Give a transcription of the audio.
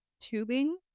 tubing